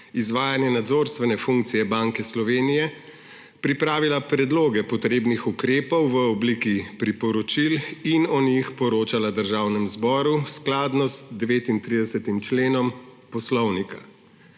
Izvajanje nadzorstvene funkcije Banke Slovenije pripravila predloge potrebnih ukrepov v obliki priporočil in o njih poročala Državnemu zboru skladno z 39. členom Poslovnika.